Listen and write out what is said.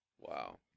Wow